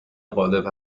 غالب